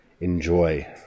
enjoy